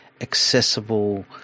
accessible